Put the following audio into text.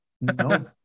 no